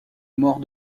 mort